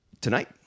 Tonight